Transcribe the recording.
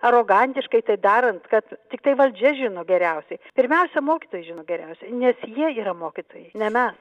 arogantiškai tai darant kad tiktai valdžia žino geriausiai pirmiausia mokytojai žino geriausiai nes jie yra mokytojai ne mes